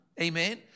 Amen